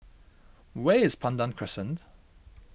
where is Pandan Crescent